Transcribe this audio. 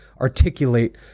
articulate